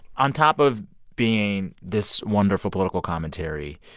on top of being this wonderful political commentary,